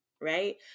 right